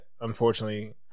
unfortunately